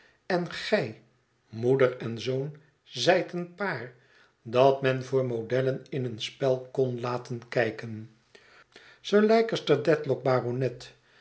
en gij moeder en zoon zijt een paar dat men voor modellen in een spel kon laten kijken sir leicester dedlock baronet